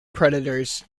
predators